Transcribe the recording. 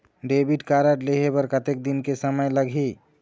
Debit card लेहे बर कतेक दिन के समय लगही?